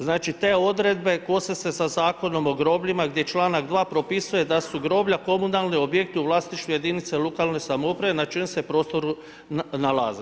Znači te odredbe kose se sa Zakonom o grobljima gdje članak 2. propisuje da su groblja komunalni objekti u vlasništvu jedinice lokalne samouprave n čijem se prostoru nalaze.